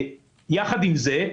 יחד עם זה,